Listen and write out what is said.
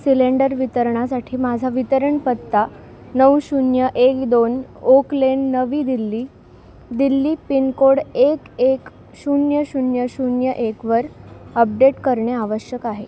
cylinder वितरणासाठी माझा वितरणपत्ता नऊ शून्य एक दोन oak lane Navi Delhi Delhi pin code एक एक शून्य शून्य शून्य एक वर अपडेट करणे आवश्यक आहे